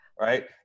right